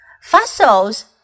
Fossils